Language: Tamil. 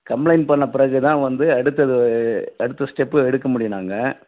கம்ப்ளைண்ட் பண்ண பிறகு தான் வந்து அடுத்தது அடுத்த ஸ்டெப்பு எடுக்க முடியும் நாங்கள்